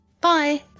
Bye